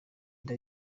nda